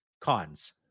cons